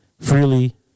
freely